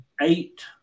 Eight